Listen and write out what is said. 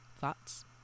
Thoughts